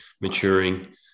maturing